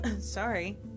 sorry